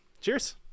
Cheers